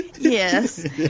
Yes